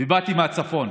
ובאתי מהצפון.